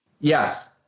Yes